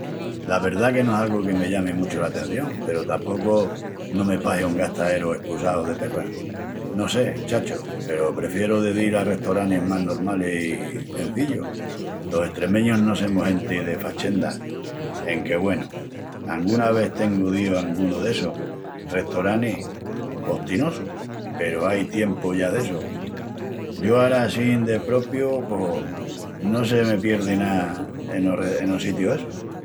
La verdá que no es algu que me llami muchu l'atención, peru tapocu no me pahi un gastaeru escusau de perras. No sé, chacho, peru prefieru de dil a restoranis más normalis i cenzillus. Los estremeñus no semus genti de fachenda enque, güenu, anguna ves tengu díu a angunu d'essus restoranis postinosus. Peru ai tiempu ya d'essu. Yo ara assín de propiu pos no se me pierdi ná enos re... sitius essus.